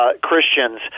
Christians